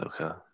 okay